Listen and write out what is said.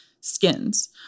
skins